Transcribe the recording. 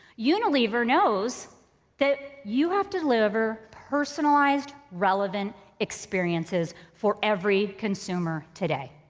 unilever knows that you have to deliver personalized, relevant experiences for every consumer today.